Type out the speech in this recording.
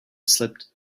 slipped